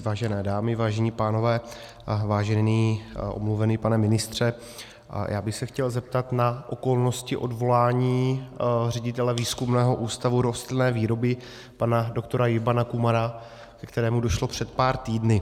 Vážené dámy, vážení pánové, vážený omluvený pane ministře, já bych se chtěl zeptat na okolnosti odvolání ředitele Výzkumného ústavu rostlinné výroby pana doktora Jibana Kumara, ke kterému došlo před pár týdny.